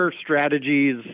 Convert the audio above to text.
strategies